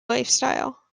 lifestyle